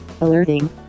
alerting